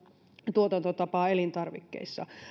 tuotantotapaa elintarvikkeissa